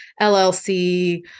LLC